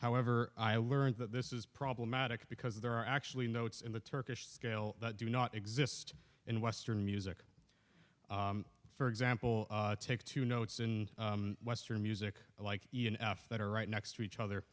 however i learned that this is problematic because there are actually notes in the turkish scale that do not exist in western music for example take two notes in western music like ian f that are right next to each other